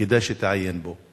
כדאי שתעיין בו.